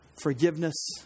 forgiveness